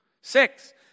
six